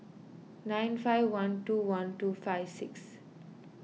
nine five one two one two five six